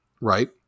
Right